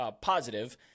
positive